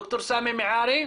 ד"ר סמי מיאערי?